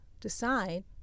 decide